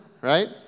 right